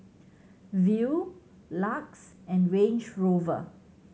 Viu LUX and Range Rover